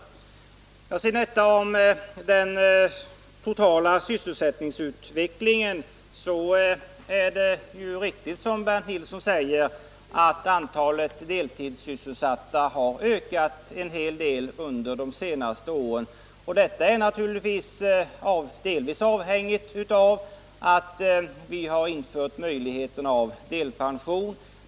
När det sedan gäller frågan om den totala sysselsättningsutvecklingen är det riktigt, som Bernt Nilsson säger, att antalet deltidssysselsatta ökat en hel del under de senaste åren. Det är naturligtvis delvis avhängigt av att vi infört möjligheten till delpension.